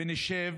נשב